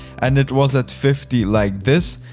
and it was at fifty like this,